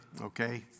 Okay